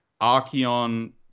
Archeon